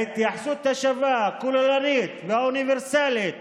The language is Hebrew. ההתייחסות השווה, הכוללנית והאוניברסלית